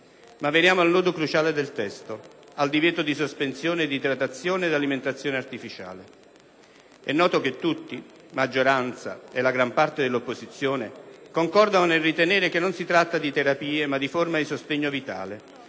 Ma veniamo al nodo cruciale del testo, al divieto di sospensione di idratazione ed alimentazione artificiale. E' noto che tutti, maggioranza e la gran parte dell'opposizione, concordano nel ritenere che non si tratta di terapie ma di forme di sostegno vitale;